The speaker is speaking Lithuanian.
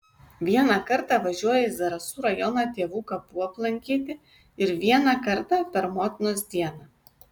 vieną kartą važiuoju į zarasų rajoną tėvų kapų aplankyti ir vieną kartą per motinos dieną